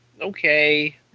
Okay